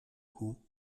coup